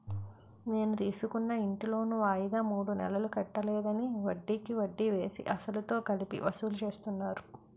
నేను తీసుకున్న ఇంటి లోను వాయిదా మూడు నెలలు కట్టలేదని, వడ్డికి వడ్డీ వేసి, అసలుతో కలిపి వసూలు చేస్తున్నారు